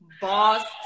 boss